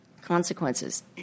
consequences